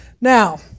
Now